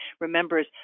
remembers